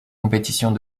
compétitions